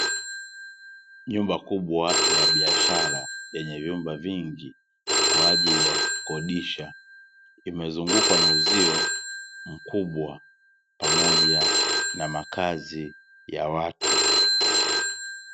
Nyumba kubwa ya biashara, yenye vyumba vingi kwa ajili ya kukodisha, imezungukwa na uzio mkubwa pamoja na makazi ya watu.